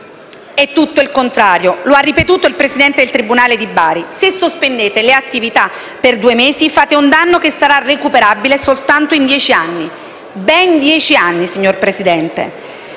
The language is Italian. È tutto il contrario e lo ha ripetuto il Presidente del tribunale di Bari: se sospendete le attività per due mesi, fate un danno che sarà recuperabile soltanto in dieci anni. Ben dieci anni, signor Presidente!